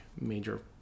major